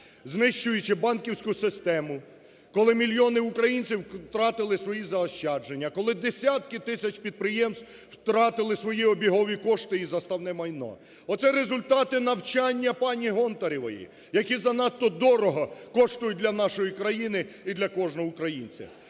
знищуючи банківську систему. Коли мільйони українців втратили свої заощадження, коле десятки тисяч підприємств втратили свої обігові кошти і заставне майно – оце результати навчання пані Гонтаревої, які занадто дорого коштують для нашої країни і для кожного українця.